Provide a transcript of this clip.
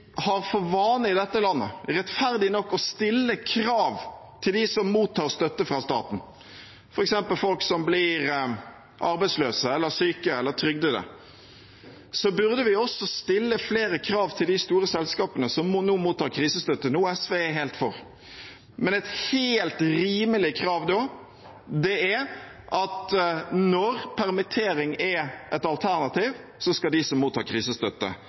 har for vane i dette landet – rettferdig nok – å stille krav til dem som mottar støtte fra staten, f.eks. folk som blir arbeidsløse, syke eller trygdede, burde vi også stille flere krav til de store selskapene som nå mottar krisestøtte, noe SV er helt for. Et helt rimelig krav da er at når permittering er et alternativ, skal de som mottar krisestøtte,